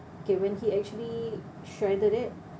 K when he actually shredded it